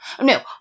No